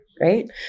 right